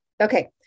Okay